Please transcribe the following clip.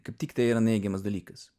kaip tik tai yra neigiamas dalykas